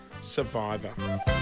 Survivor